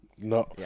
No